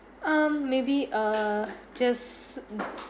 um maybe uh just